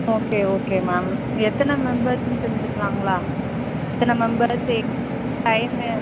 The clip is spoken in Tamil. ஓகே ஓகே மேம் எத்தனை மெம்பர்ஸுன்னு தெரிஞ்சுக்கலாங்களா எத்தனை மெம்பர்ஸ் எங்கே டைமு